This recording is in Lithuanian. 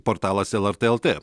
portalas lrt lt